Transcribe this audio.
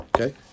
Okay